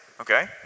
okay